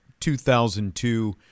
2002 –